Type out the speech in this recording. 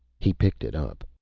he picked it up.